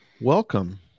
welcome